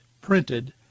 printed